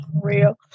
real